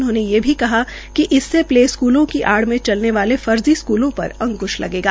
उन्होंने ये भी कहा कि इससे प्ले स्क्लों की आड़ में चलने वाले फर्जी स्कूलों पर अकुंश लगेगा